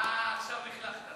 אה, עכשיו לכלכת.